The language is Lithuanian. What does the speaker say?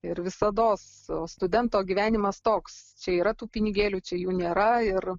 ir visados o studento gyvenimas toks čia yra tų pinigėlių čia jų nėra ir